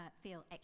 feel